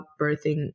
birthing